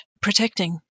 protecting